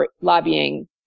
lobbying